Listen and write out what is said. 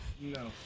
No